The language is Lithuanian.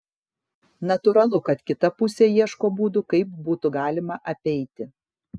natūralu kad kita pusė ieško būdų kaip būtų galima apeiti